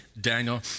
Daniel